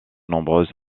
nombreuses